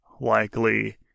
likely